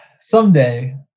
someday